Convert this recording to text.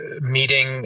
meeting